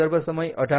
સંદર્ભ સમય 1804